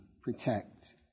protect